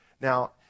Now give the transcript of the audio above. Now